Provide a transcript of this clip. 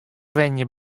wenjen